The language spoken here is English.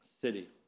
city